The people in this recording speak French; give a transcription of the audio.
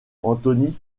anthony